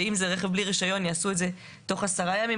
שאם זה רכב בלי רישיון יעשו את זה בתוך 10 ימים,